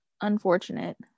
unfortunate